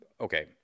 okay